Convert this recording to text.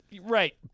Right